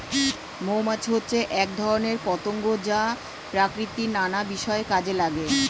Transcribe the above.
মৌমাছি হচ্ছে এক ধরনের পতঙ্গ যা প্রকৃতির নানা বিষয়ে কাজে লাগে